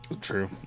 True